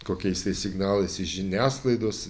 kokiais tai signalais iš žiniasklaidos